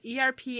ERP